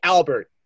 Albert